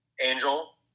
Angel